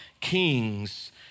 kings